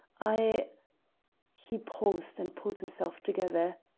i he paused and pulled himself together.